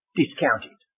discounted